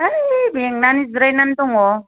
है मेंनानै जिरायनानै दङ